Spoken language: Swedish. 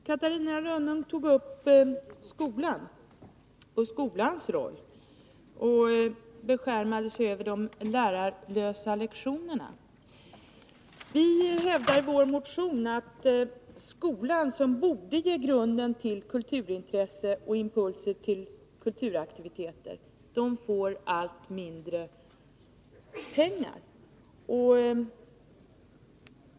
Catarina Rönnung tog upp skolan och dess roll och beskärmade sig över de lärarlösa lektionerna. Vi hävdar i vår motion att skolan, som borde ge grunden till kulturintresset och impulser till kulturella aktiviteter, får allt mindre pengar.